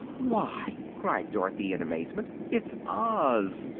why, cried dorothy, in amazement, it's oz!